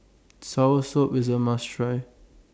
Soursop IS A must Try